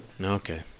Okay